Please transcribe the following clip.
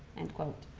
end quote.